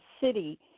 city